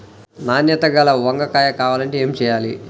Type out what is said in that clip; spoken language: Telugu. నాణ్యత గల వంగ కాయ కావాలంటే ఏమి చెయ్యాలి?